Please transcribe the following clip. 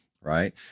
right